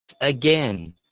again